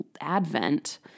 Advent